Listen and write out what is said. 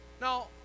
now